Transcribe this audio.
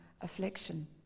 affliction